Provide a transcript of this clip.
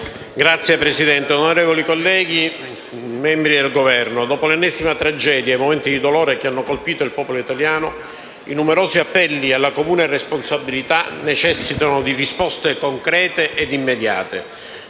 Signor Presidente, onorevoli colleghi, dopo l'ennesima tragedia e i momenti di dolore che hanno colpito il popolo italiano, i numerosi appelli alla comune responsabilità necessitano di risposte concrete ed immediate.